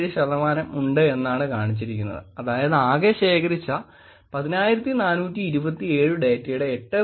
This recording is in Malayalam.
57 ശതമാനം ഉണ്ട് എന്നാണ് കാണിച്ചിരിക്കുന്നത് അതായത് ആകെ ശേഖരിച്ച 10427 ഡേറ്റയുടെ 8